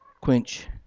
quench